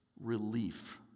relief